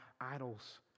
idols